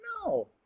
No